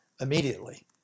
immediately